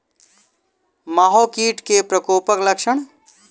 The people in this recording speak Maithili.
माहो कीट केँ प्रकोपक लक्षण?